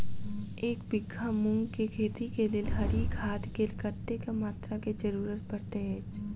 एक बीघा मूंग केँ खेती केँ लेल हरी खाद केँ कत्ते मात्रा केँ जरूरत पड़तै अछि?